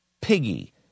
piggy